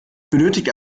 benötigt